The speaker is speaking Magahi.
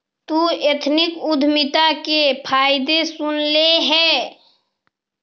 तु एथनिक उद्यमिता के फायदे सुनले हे?